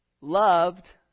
loved